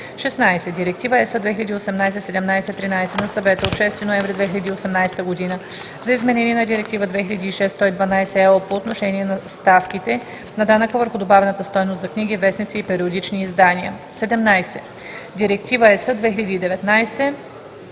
16. Директива (ЕС) 2018/1713 на Съвета от 6 ноември 2018 година за изменение на Директива 2006/112/ЕО по отношение на ставките на данъка върху добавената стойност за книги, вестници и периодични издания (ОВ, L 286/20